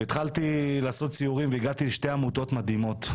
התחלתי לעשות סיורים והגעתי לשתי עמותות מדהימות,